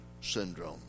syndrome